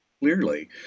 clearly